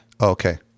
Okay